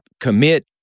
commit